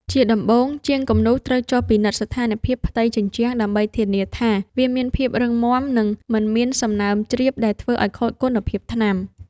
ជាដំបូង ជាងគំនូរត្រូវចុះពិនិត្យស្ថានភាពផ្ទៃជញ្ជាំងដើម្បីធានាថាវាមានភាពរឹងមាំ និងមិនមានសំណើមជ្រាបដែលធ្វើឱ្យខូចគុណភាពថ្នាំ។